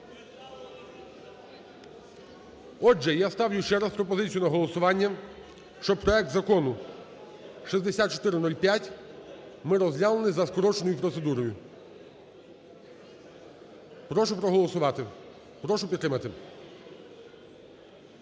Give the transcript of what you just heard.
Отже, я ставлю ще раз пропозицію на голосування, що проект Закону 6405 ми розглянули за скороченою процедурою. Прошу проголосувати, прошу підтримати.